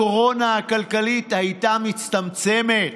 הקורונה הכלכלית הייתה מצטמצמת.